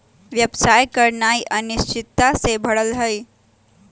व्यवसाय करनाइ अनिश्चितता से भरल हइ